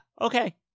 Okay